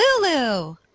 lulu